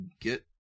get